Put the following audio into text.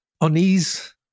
unease